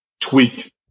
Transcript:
tweak